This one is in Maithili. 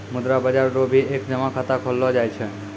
मुद्रा बाजार रो भी एक जमा खाता खोललो जाय छै